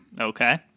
Okay